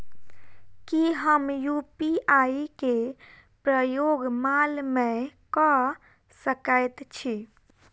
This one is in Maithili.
की हम यु.पी.आई केँ प्रयोग माल मै कऽ सकैत छी?